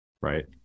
right